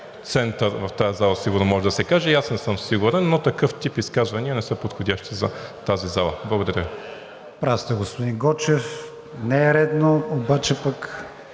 в тази зала, сигурно може да се каже, и аз не съм сигурен, но такъв тип изказвания не са подходящи за тази зала. Благодаря.